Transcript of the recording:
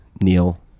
Neil